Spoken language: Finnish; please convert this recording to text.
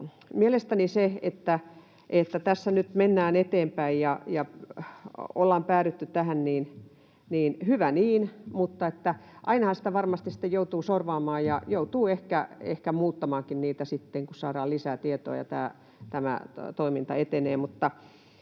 töihin. Nyt tässä mennään eteenpäin ja ollaan päädytty tähän, ja hyvä niin, mutta ainahan sitä varmasti sitten joutuu sorvaamaan ja joutuu ehkä muuttamaankin sitä sitten, kun saadaan lisää tietoa ja tämä toiminta etenee.